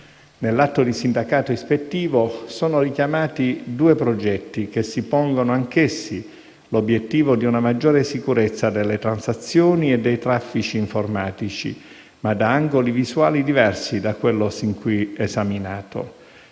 Nell'atto di sindacato ispettivo sono richiamati due progetti che si pongono anch'essi l'obiettivo di una maggiore sicurezza delle transazioni e dei traffici informatici, ma da angoli visuali diversi da quello fin qui esaminato.